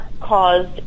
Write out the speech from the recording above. caused